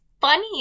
funny